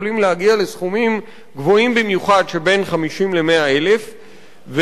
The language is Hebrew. יכולים להגיע לסכומים גבוהים במיוחד שבין 50,000 ל-100,000 שקלים.